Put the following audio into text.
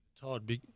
Todd